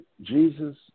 Jesus